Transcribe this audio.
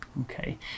Okay